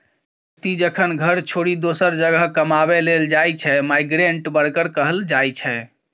बेकती जखन घर छोरि दोसर जगह कमाबै लेल जाइ छै माइग्रेंट बर्कर कहल जाइ छै